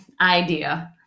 idea